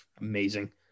amazing